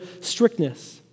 strictness